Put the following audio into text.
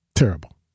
Terrible